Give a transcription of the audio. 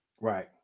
right